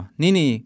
nini